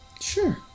Sure